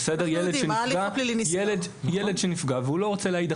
ילד שנפגע ולא רוצים להעלות אותו לדין.